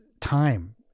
time